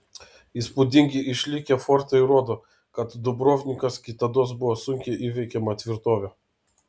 įspūdingi išlikę fortai rodo kad dubrovnikas kitados buvo sunkiai įveikiama tvirtovė